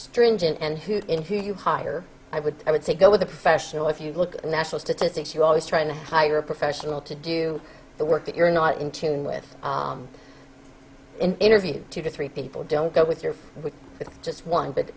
stringent and who in who you hire i would i would say go with a professional if you look at the national statistics you're always trying to hire a professional to do the work that you're not in tune with in interview two to three people don't go with your with just one but